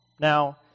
Now